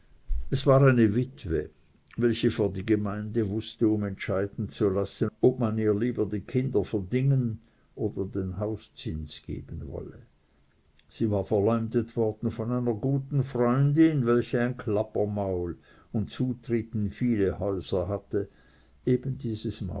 es war eine witwe welche vor die gemeinde mußte um entscheiden zu lassen ob man ihr lieber die kinder verdingen oder den hauszins geben wolle sie war verleumdet worden von einer guten freundin welche ein klappermaul und zutritt in viele häuser hatte eben